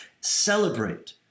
celebrate